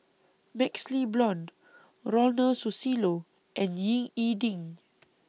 Max Le Blond Ronald Susilo and Ying E Ding